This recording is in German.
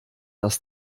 das